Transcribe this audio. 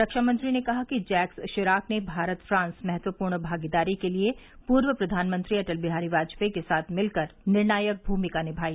रक्षामंत्री ने कहा कि जैक्स शिराक ने भारत फ्रांस महत्वपूर्ण भागीदारी के लिए पूर्व प्रधानमंत्री अटल बिहारी वाजपेयी के साथ मिलकर निर्णायक भूमिका निमाई